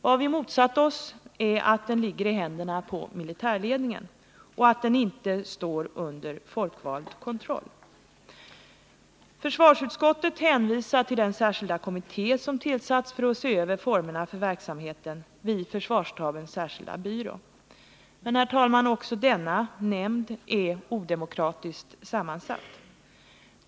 Vad vi har motsatt oss är att den ligger i händerna på militärledningen och att den inte står under kontroll av folkvalda. Utskottet hänvisar till den särskilda kommitté som har tillsatts för att se över formerna för verksamheten vid försvarsstabens särskilda byrå. Men, herr talman, också denna nämnd är odemokratiskt sammansatt.